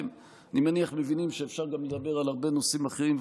אני מניח שאתם מבינים שאפשר גם לדבר על הרבה נושאים אחרים,